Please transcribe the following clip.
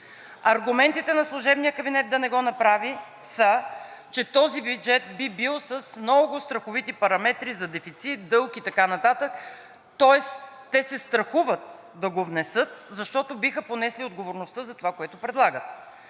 Аргументите на служебния кабинет да не го направи са, че този бюджет би бил с много страховити параметри за дефицит, дълг и така нататък, тоест те се страхуват да го внесат, защото биха понесли отговорността за това, което предлагат.